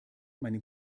meinem